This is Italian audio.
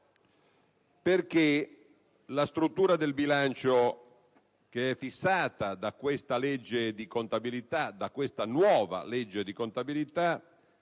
perché la struttura del bilancio fissata da questa nuova legge di contabilità